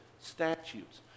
statutes